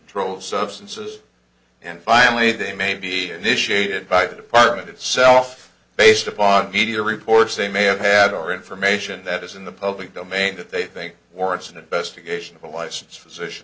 troll substances and finally they may be initiated by the department itself based upon media reports they may have had or information that is in the public domain that they think warrants an investigation of a license physician